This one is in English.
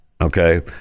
okay